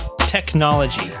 Technology